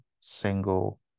single